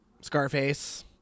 Scarface